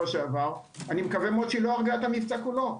שעבר אני מקווה שלא הרגה את המבצע כולו.